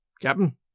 Captain